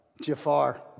Jafar